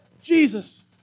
Jesus